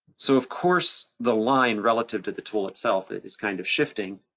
so of course the line relative to the tool itself is kind of shifting,